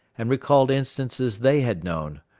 and recalled instances they had known,